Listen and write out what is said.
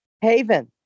Haven